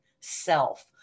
self